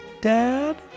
Dad